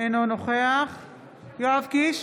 אינו נוכח יואב קיש,